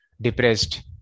depressed